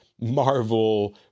Marvel